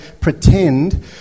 pretend